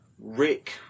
Rick